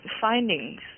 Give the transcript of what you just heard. findings